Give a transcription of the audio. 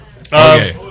Okay